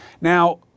Now